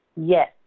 Yes